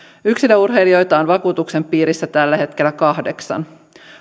yksilöurheilijoita on vakuutuksen piirissä tällä hetkellä kahdeksannen